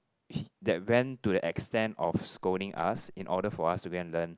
he that went to the extent of scolding us in order for us to go and learn